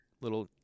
little